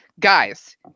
Guys